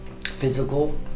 physical